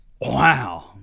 Wow